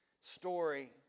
story